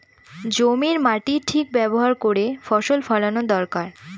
জমির মাটির ঠিক ব্যবহার করে ফসল ফলানো দরকার